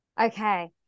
okay